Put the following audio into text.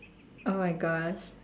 oh my gosh